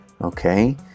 okay